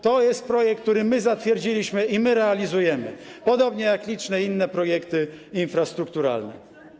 To jest projekt, który my zatwierdziliśmy i my realizujemy, podobnie jak liczne inne projekty infrastrukturalne.